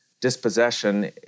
dispossession